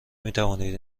میتوانید